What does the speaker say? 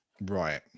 Right